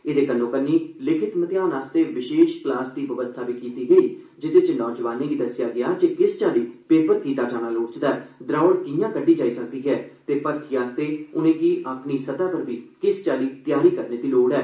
एह्दे कन्नोकन्नी लिखित मतेयान लेई विशेष क्लास दी व्यवस्था बी कीती गेई जेह्दे नौजवानें गी दस्सेआ गेआ जे किस चाल्ली पेपर कीता जाना लोड़चदा द्रोड़ कियां कड्डी जाई सकदी ऐ ते मर्थी लेई उनेंगी अपनी सतह् पर बी किस चाल्ली तैआरी करने दी लोड़ ऐ